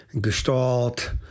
Gestalt